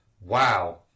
Wow